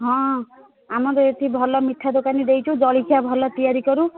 ହଁ ଆମର ଏଠି ଭଲ ମିଠା ଦୋକାନୀ ଦେଇଛୁ ଜଳଖିଆ ଭଲ ତିଆରି କରୁ